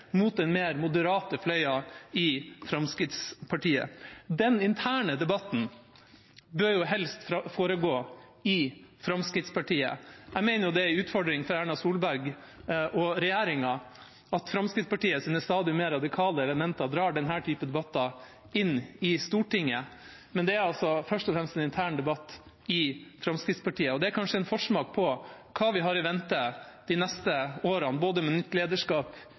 den mer moderate fløyen i Fremskrittspartiet. Den interne debatten bør jo helst foregå i Fremskrittspartiet. Jeg mener det er en utfordring for Erna Solberg og regjeringen at Fremskrittspartiets stadig mer radikale elementer drar denne typen debatter inn i Stortinget, men det er altså først og fremst en intern debatt i Fremskrittspartiet. Og det er kanskje en forsmak på hva vi har i vente de neste årene, både med nytt lederskap